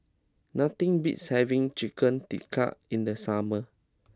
nothing beats having Chicken Tikka in the summer